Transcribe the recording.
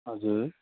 हजुर